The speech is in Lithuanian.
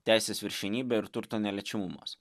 teisės viršenybė ir turto neliečiamumas